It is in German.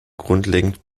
grundlegend